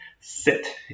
sit